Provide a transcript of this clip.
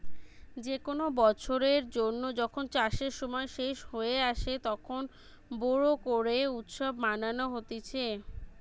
যে কোনো বছরের জন্য যখন চাষের সময় শেষ হয়ে আসে, তখন বোরো করে উৎসব মানানো হতিছে